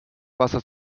wasser